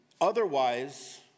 Otherwise